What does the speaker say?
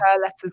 letters